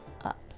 up